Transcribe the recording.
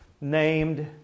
named